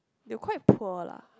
they were quite poor lah